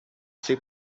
sei